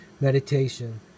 Meditation